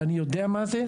ואני יודע מה זה,